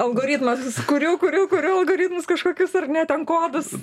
algoritmas kuriu kuriu kuriu algoritmus kažkokius ar ne ten kodus